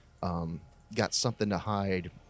got-something-to-hide